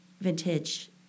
vintage